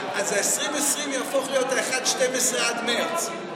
אז 2020 יהפוך להיות אחד חלקי 12 עד מרץ.